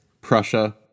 Prussia